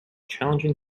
challenging